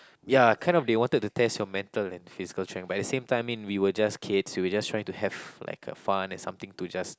ya kind of they wanted to test your mental and physical strength but at the same time we were just kids we were just trying to have like a fun and something to just